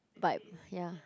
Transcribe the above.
but ya